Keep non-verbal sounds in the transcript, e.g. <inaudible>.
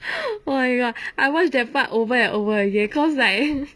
<noise> oh my god I watch that part over and over again cause like